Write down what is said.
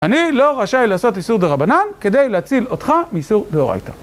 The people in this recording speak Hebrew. אני לא רשאי לעשות איסור דה רבנן, כדי להציל אותך מאיסור דה אורייתא.